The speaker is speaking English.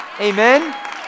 Amen